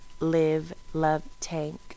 LiveLoveTank